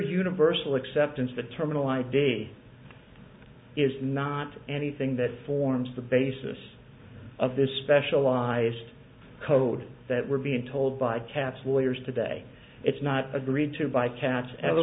universal acceptance the terminal i day it's not anything that forms the basis of this specialized code that we're being told by katz lawyers today it's not agreed to by catch ever